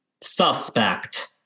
Suspect